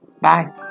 Bye